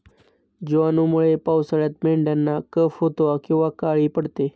जिवाणूंमुळे पावसाळ्यात मेंढ्यांना कफ होतो किंवा काळी पडते